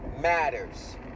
matters